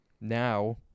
now